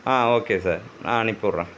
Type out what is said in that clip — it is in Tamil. ஆ ஓகே சார் நான் அனுப்பிட்றன்